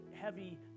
heavy